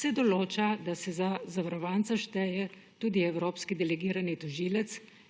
se določa, da se za zavarovanca šteje tudi evropski delegirani tožilec,